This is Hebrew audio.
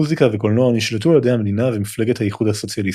מוזיקה וקולנוע נשלטו על ידי המדינה ומפלגת האיחוד הסוציאליסטי.